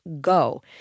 go